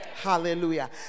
hallelujah